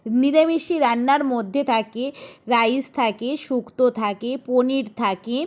নিরামিষি রান্নার মধ্যে থাকে রাইস থাকে শুক্ত থাকে পনির থাকে